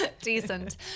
decent